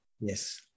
Yes